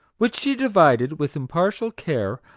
which she divided, with impartial care,